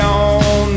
on